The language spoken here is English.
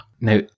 Now